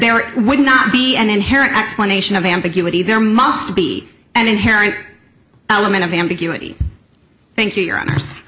there would not be an inherent explanation of ambiguity there must be an inherent element of ambiguity thank you your hon